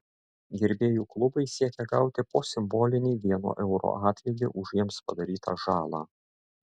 gerbėjų klubai siekia gauti po simbolinį vieno euro atlygį už jiems padarytą žalą